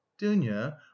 dunya